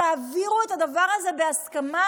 תעבירו את הדבר הזה בהסכמה,